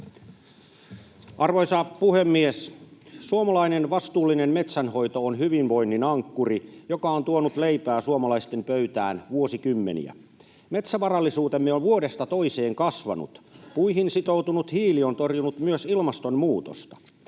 Arvoisa puhemies! Suomalainen vastuullinen metsänhoito on hyvinvoinnin ankkuri, joka on tuonut leipää suomalaisten pöytään vuosikymmeniä. Metsävarallisuutemme on vuodesta toiseen kasvanut. Puihin sitoutunut hiili on torjunut myös ilmastonmuutosta.